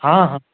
हँ हँ